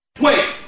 wait